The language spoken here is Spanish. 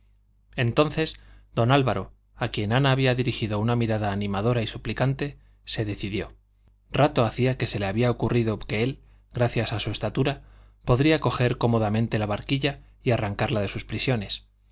entonces don álvaro a quien ana había dirigido una mirada animadora y suplicante se decidió rato hacía que se le había ocurrido que él gracias a su estatura podría coger cómodamente la barquilla y arrancarla de sus prisiones